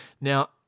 Now